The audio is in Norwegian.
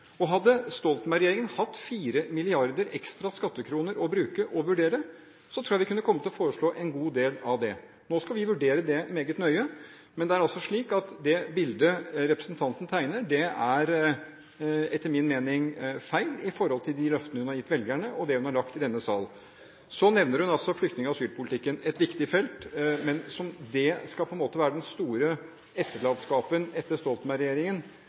Hadde Stoltenberg-regjeringen hatt 4 mrd. ekstra skattekroner å vurdere å bruke, tror jeg vi kunne kommet til å foreslå en god del av det. Nå skal vi vurdere det meget nøye, men det er slik at det bildet statsråden tegner, er etter min mening feil i forhold til de løftene hun har gitt velgerne, og det hun har sagt i denne sal. Så nevner hun flyktning- og asylpolitikken, et viktig felt, men at det skal være den store etterlatenskapen etter